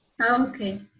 okay